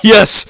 Yes